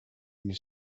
you